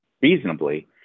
reasonably